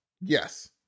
Yes